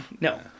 No